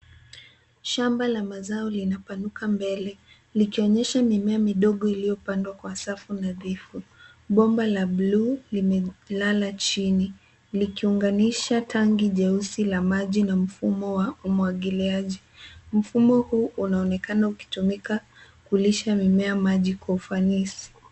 Shamba la mazao linapanuka mbele likionyesha mimea midogo iliyopandwa kwa safu nadhifu. Bomba la bluu limelala chini likiunganisha tangi jeusi la maji na mfumo wa umwagiliaji. Mfumo huu unaonekana ukitumika kulisha mimea maji kwa ufanisi.